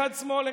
אחד שמאל,